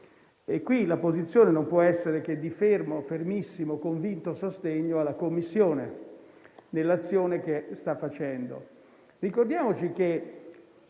Qui la posizione non può essere che di fermissimo e convinto sostegno alla Commissione nell'azione che sta portando